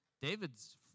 David's